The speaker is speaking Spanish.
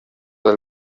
del